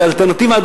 כי האלטרנטיבה,